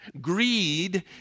Greed